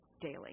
daily